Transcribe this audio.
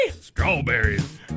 Strawberries